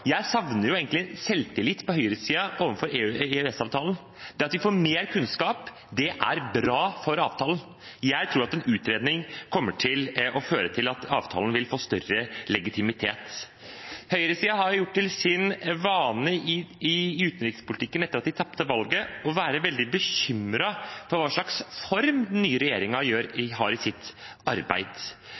Jeg savner egentlig selvtillit på høyresiden overfor EØS-avtalen. Det at vi får mer kunnskap, er bra for avtalen. Jeg tror en utredning kommer til å føre til at avtalen får større legitimitet. Høyresiden har etter at de tapte valget, gjort det til sin vane i utenrikspolitikken å være veldig bekymret for hva slags form den nye regjeringen har i sitt arbeid.